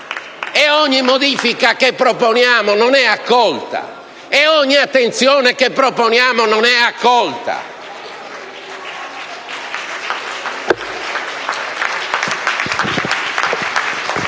ogni modifica che proponiamo non è accolta. E ogni attenzione che proponiamo non è accolta!